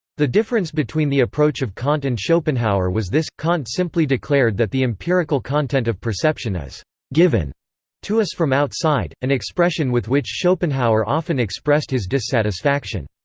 the difference between the approach of kant and schopenhauer was this kant simply declared that the empirical content of perception is given to us from outside, an expression with which schopenhauer often expressed his dissatisfaction.